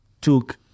took